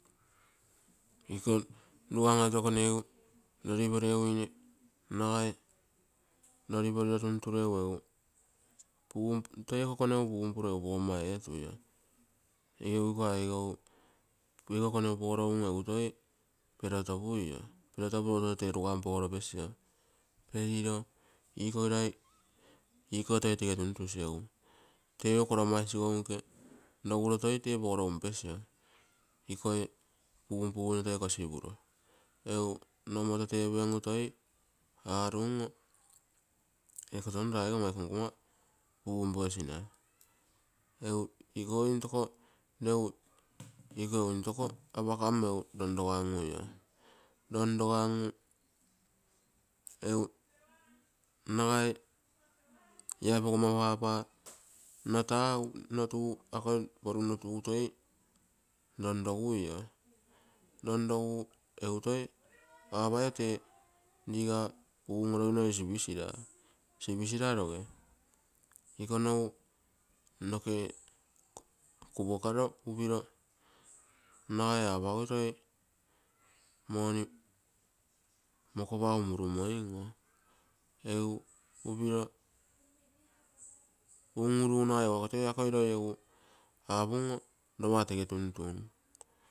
Iko rugan oito konegu roriporeguine nagai, roriporilo tunturegu, toi egu eiko konegu punpuro pogomma etui. Ikogo konegu pogoro egu toi perotopuio perotopuro toi egu tee rugan pogoro pesio, periro toi tege ikoge tuntusi tei. Ogokoro ama isigou nke. Toi roguro tee pogoro piotopui. Ikoi punpuguine toi kosipur, egu nomoto tepegu toi arui eiko ton rogoma nkaa punposina iko ehu intoko apakammo rongrogangui, apamo eiko nkomma punposina egu nagai akoi poru nno tuugu lai pogomma papa to ronroguio, egu to apai tee rigaa pun oroginoi sipisiraa, sipisiraa roge iko nogu noke kupokaku nagai akoi roi agugui money mokopiraa roge, egu un-urugu nagai egu toi akoi rugan apum lopa toutou mururoim oo.